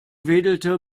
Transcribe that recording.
wedelte